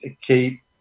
Keep